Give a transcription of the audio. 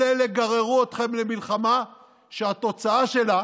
כל אלה גררו אתכם למלחמה שהתוצאה שלה